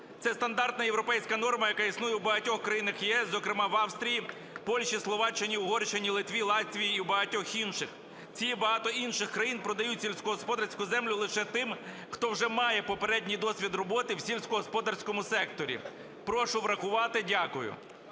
Це стандартна європейська норма, яка існує в багатьох країнах ЄС, зокрема в Австрії, Польщі, Словаччині, Угорщині, Литві, Латвії і в багатьох інших. Ці багато інших країн продають сільськогосподарську землю лише тим, хто вже має попередній досвід роботи в сільськогосподарському секторі. Прошу врахувати. Дякую.